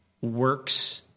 works